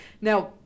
Now